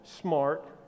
smart